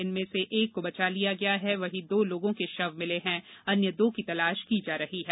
इनमें से एक को बचा लिया गया वहीं दो लोगों के शव मिले हैं अन्य दो की तलाश की जा रही है